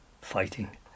fighting